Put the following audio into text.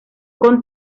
con